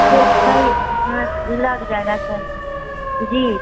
जी सही हाँ लग जाएगा सही से जी